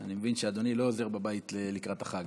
אני מבין שאדוני לא עוזר בבית לקראת החג,